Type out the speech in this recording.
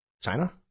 China